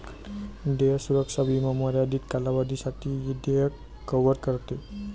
देय सुरक्षा विमा मर्यादित कालावधीसाठी देय कव्हर करते